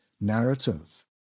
narrative